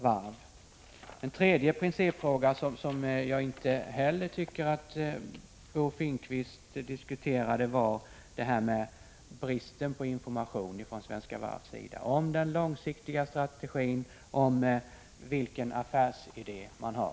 Den tredje principfråga som jag tycker att Bo Finnkvist inte heller har diskuterat gäller om bristen på information ifrån Svenska Varvs sida om den långsiktiga strategi och om vilken affärsidé man har.